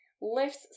lifts